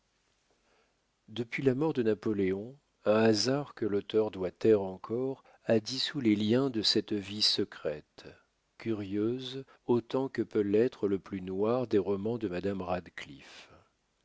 depuis la mort de napoléon un hasard que l'auteur doit taire encore a dissous les liens de cette vie secrète curieuse autant que peut l'être le plus noir des romans de madame radcliffe